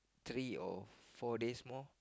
three or four days more